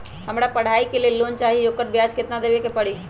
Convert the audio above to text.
हमरा पढ़ाई के लेल लोन चाहि, ओकर ब्याज केतना दबे के परी?